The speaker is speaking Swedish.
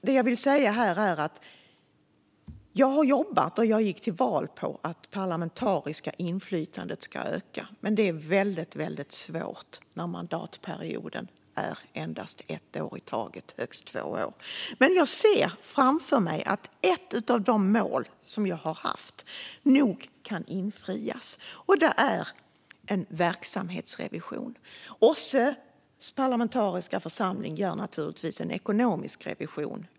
Det jag vill säga här är att jag har jobbat för och gick till val på att det parlamentariska inflytandet ska öka. Men det är väldigt svårt när mandatperioden endast är ett år i taget och högst två år. Jag ser framför mig att ett av de mål som jag har haft nog kan infrias. Det är en verksamhetsrevision. OSSE:s parlamentariska församling gör naturligtvis årligen en ekonomisk revision.